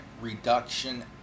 Reduction